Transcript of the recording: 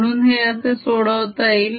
म्हणून हे असे सोडवता येईल